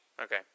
Okay